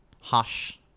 Hush